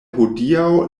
hodiaŭ